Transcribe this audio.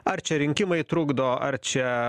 ar čia rinkimai trukdo ar čia